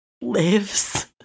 lives